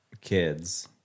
kids